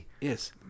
Yes